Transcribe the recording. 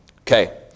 Okay